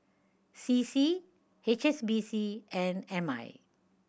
C C H S B C and M I